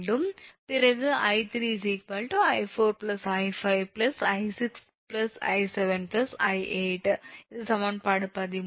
பிறகு 𝐼3 𝑖4𝑖5𝑖6𝑖7𝑖8 இது சமன்பாடு 13